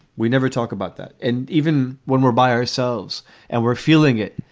we never talk about that and even when we're by ourselves and we're feeling it,